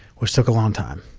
which took a long time.